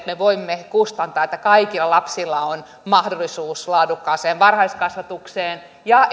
me voimme kustantaa sen että kaikilla lapsilla on mahdollisuus laadukkaaseen varhaiskasvatukseen ja